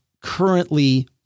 currently